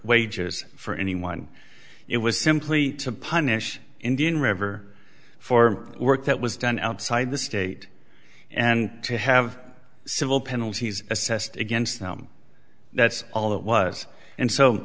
wages for anyone it was simply to punish indian river for work that was done outside the state and to have civil penalties assessed against them that's all it was and so